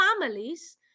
families